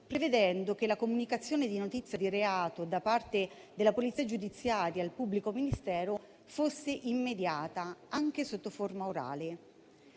prevedendo che la comunicazione di notizia di reato da parte della polizia giudiziaria al pubblico ministero fosse immediata, anche sotto forma orale,